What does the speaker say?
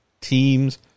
teams